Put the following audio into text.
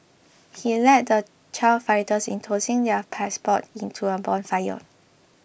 he led the child fighters in tossing their passports into a bonfire